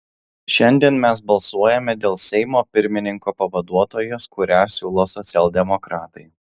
šiandien mes balsuojame dėl seimo pirmininko pavaduotojos kurią siūlo socialdemokratai